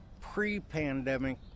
pre-pandemic